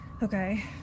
Okay